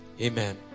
amen